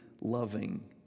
loving